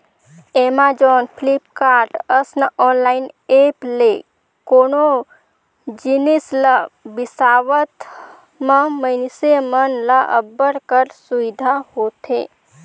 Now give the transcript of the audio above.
Amazon, Flipkart, असन online apps ले कोनो जिनिस ल बिसावत म मइनसे मन ल अब्बड़ कर सुबिधा होथे